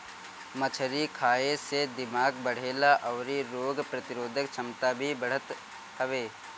मछरी खाए से दिमाग बढ़ेला अउरी रोग प्रतिरोधक छमता भी बढ़त हवे